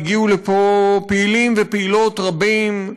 והגיעו לפה פעילים ופעילות רבים,